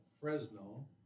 Fresno